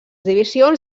divisions